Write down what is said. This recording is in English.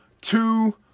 two